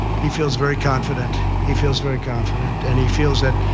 he feels very confident. he feels very confident and he feels that.